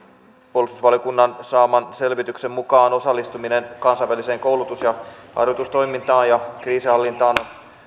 puolustusvaliokunnan saaman selvityksen mukaan osallistuminen kansainväliseen koulutus ja harjoitustoimintaan ja kriisinhallintaan on